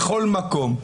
בכל מקום.